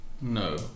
No